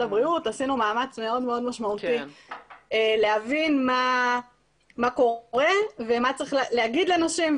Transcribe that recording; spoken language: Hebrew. הבריאות עשינו מאמץ מאוד גדול להבין מה קורה ומה צריך להגיד לנשים.